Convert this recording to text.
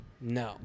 no